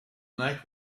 night